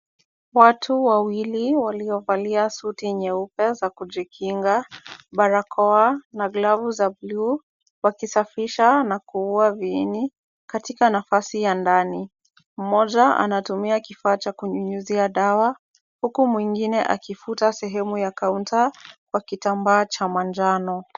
Watu wawili waliovalia suti nyeupe za kujikinga, barakoa na glavu za buluu, wakisafisha na kuua viini katika nafasi ya ndani. Mmoja anatumia kifaa cha kunyunyuzia dawa, huku mwingine akifuta sehemu ya kaunta kwa kitambaa cha manjano.